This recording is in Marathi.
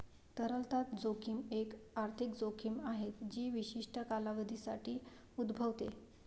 तरलता जोखीम एक आर्थिक जोखीम आहे जी विशिष्ट कालावधीसाठी उद्भवते